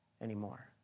anymore